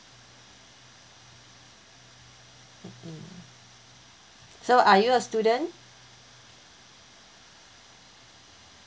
mmhmm so are you a student